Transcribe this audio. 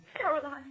Caroline